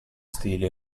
stili